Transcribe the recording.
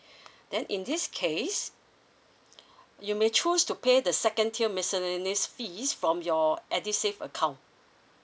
then in this case you may choose to pay the second tier miscellaneous fees from your edusave account